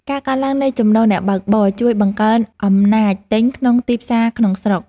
ការកើនឡើងនៃចំណូលអ្នកបើកបរ ជួយបង្កើនអំណាចទិញក្នុងទីផ្សារក្នុងស្រុក។